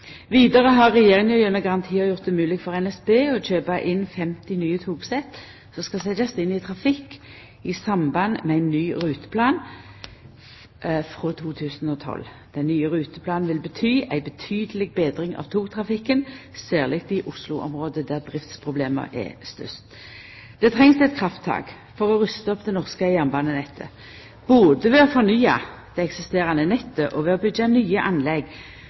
Vidare har Regjeringa gjennom garantiar gjort det mogleg for NSB å kjøpa inn 50 nye togsett som skal setjast inn i trafikk frå 2012 i samband med ny ruteplan. Den nye ruteplanen vil bety ei betydeleg betring av togtrafikken, særleg i Oslo-området, der driftsproblema er størst. Det trengst eit krafttak for å rusta opp det norske jernbanenettet, både ved å fornya det eksisterande nettet, ved å byggja nye anlegg